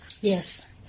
Yes